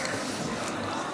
הצעת חוק לתיקון פקודת העדה הדתית (המרה),